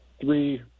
three